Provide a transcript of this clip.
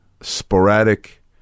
sporadic